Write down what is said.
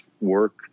work